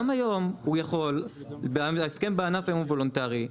גם היום הוא יכול, ההסכם בענף היום הוא וולונטרי.